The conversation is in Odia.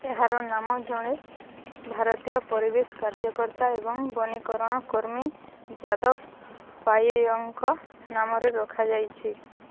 ଏହାର ନାମ ଜଣେ ଭାରତୀୟ ପରିବେଶ କାର୍ଯ୍ୟକର୍ତ୍ତା ଏବଂ ବନୀକରଣ କର୍ମୀ ଜାଦବ ପାୟେଙ୍ଗଙ୍କ ନାମରେ ରଖାଯାଇଛି